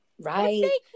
Right